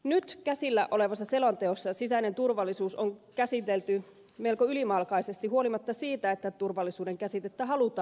nyt käsillä olevassa selonteossa sisäinen turvallisuus on käsitelty melko ylimalkaisesti huolimatta siitä että turvallisuuden käsitettä halutaan laajentaa